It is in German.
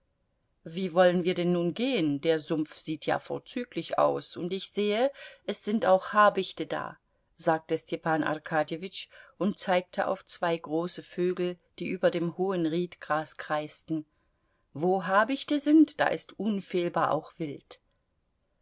wie wollen wir denn nun gehen der sumpf sieht ja vorzüglich aus und ich sehe es sind auch habichte da sagte stepan arkadjewitsch und zeigte auf zwei große vögel die über dem hohen riedgras kreisten wo habichte sind da ist unfehlbar auch wild